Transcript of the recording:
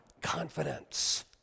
confidence